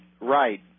right